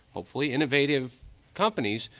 hopefully innovative companies,